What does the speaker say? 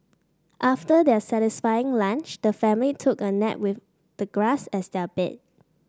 after their satisfying lunch the family took a nap with the grass as their bed